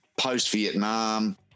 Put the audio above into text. post-Vietnam